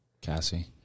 Cassie